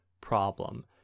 problem